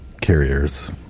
carriers